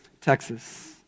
Texas